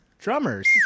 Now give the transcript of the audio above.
Drummers